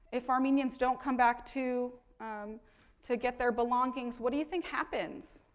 if armenians don't come back to to get their belongings, what do you think happens?